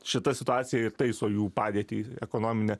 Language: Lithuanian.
šitą situaciją ir taiso jų padėtį ekonominę